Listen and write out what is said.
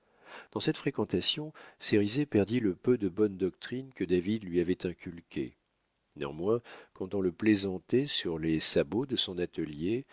dans cette fréquentation cérizet perdit le peu de bonnes doctrines que david lui avait inculquées néanmoins quand on le plaisantait sur les sabots de son atelier